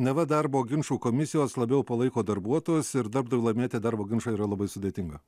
neva darbo ginčų komisijos labiau palaiko darbuotojus ir darbdaviui laimėti darbo ginčą yra labai sudėtinga